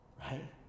Right